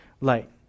light